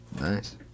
Nice